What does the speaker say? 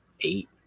eight